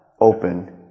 open